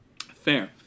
Fair